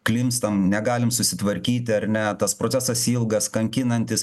klimpstam negalim susitvarkyti ar ne tas procesas ilgas kankinantis